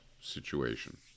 situation